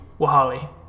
Wahali